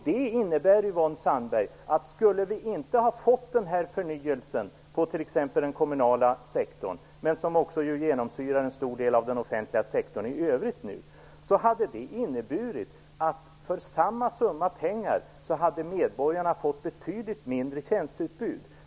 Det innebär, Yvonne Sandberg-Fries, att om vi inte skulle ha fått den här förnyelsen inom den kommunala sektorn, som nu också genomsyrar en stor del av den offentliga sektorn i övrigt, hade det inneburit att medborgarna för samma summa pengar hade fått betydligt mindre tjänsteutbud.